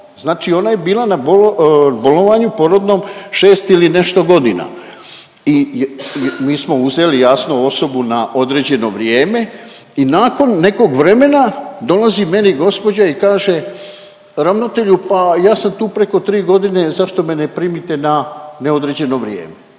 znači ona je bila na bo… bolovanju porodnom 6 ili nešto godina i mi smo uzeli jasno osobu na određeno vrijeme i nakon nekog vremena dolazi meni gospođa i kaže ravnatelju pa ja sam tu preko 3 godine zašto me ne primite na neodređeno vrijeme,